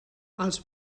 els